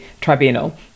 tribunal